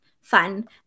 fun